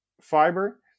fiber